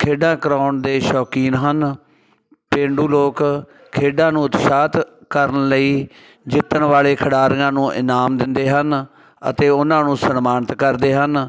ਖੇਡਾਂ ਕਰਾਉਣ ਦੇ ਸ਼ੌਕੀਨ ਹਨ ਪੇਂਡੂ ਲੋਕ ਖੇਡਾਂ ਨੂੰ ਉਤਸ਼ਾਹਤ ਕਰਨ ਲਈ ਜਿੱਤਣ ਵਾਲੇ ਖਿਡਾਰੀਆਂ ਨੂੰ ਇਨਾਮ ਦਿੰਦੇ ਹਨ ਅਤੇ ਉਹਨਾਂ ਨੂੰ ਸਨਮਾਨਿਤ ਕਰਦੇ ਹਨ